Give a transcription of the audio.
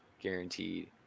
Guaranteed